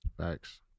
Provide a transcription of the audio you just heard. Thanks